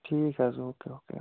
ٹھیٖک حٲز okay okay